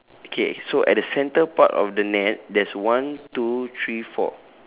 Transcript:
okay so at the centre part of the net there's one two three four